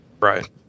Right